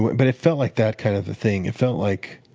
but but it felt like that kind of a thing. it felt like